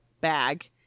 bag